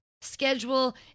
Schedule